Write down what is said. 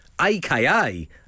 AKA